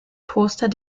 poster